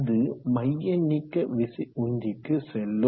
அது மையநீக்க விசை உந்திக்கு செல்லும்